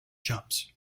jumps